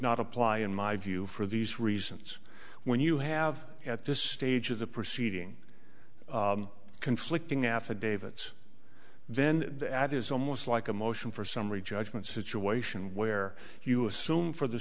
not apply in my view for these reasons when you have at this stage of the proceeding conflicting affidavits then the ad is almost like a motion for summary judgment situation where you assume for the